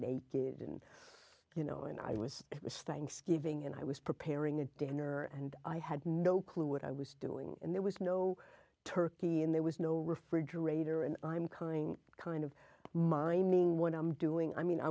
naked and you know and i was staying skipping and i was preparing a dinner and i had no clue what i was doing and there was no turkey and there was no refrigerator and i'm kind of kind of mining what i'm doing i mean i